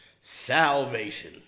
salvation